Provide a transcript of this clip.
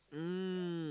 mm